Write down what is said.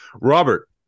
Robert